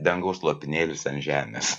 dangaus lopinėlis ant žemės